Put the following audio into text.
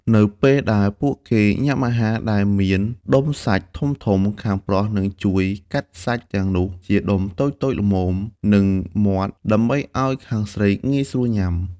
នៅពេលដែលពួកគេញ៉ាំអាហារដែលមានដុំសាច់ធំៗ ខាងប្រុសនឹងជួយកាត់សាច់ទាំងនោះជាដុំតូចៗល្មមនឹងមាត់ ដើម្បីឱ្យខាងស្រីងាយស្រួលញ៉ាំ។